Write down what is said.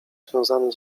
związane